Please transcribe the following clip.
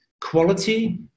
quality